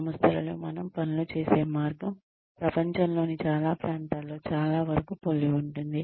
సంస్థలలో మనం పనులు చేసే మార్గం ప్రపంచంలోని చాలా ప్రాంతాల్లో చాలా వరకు పోలి ఉంటుంది